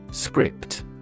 Script